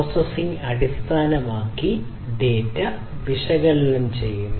processing അടിസ്ഥാനമാക്കി data വിശകലനം ചെയ്യുന്നു